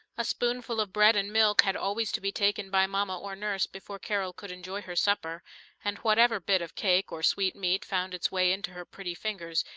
a spoonful of bread and milk had always to be taken by mama or nurse before carol could enjoy her supper and whatever bit of cake or sweetmeat found its way into her pretty fingers,